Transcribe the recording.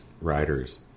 riders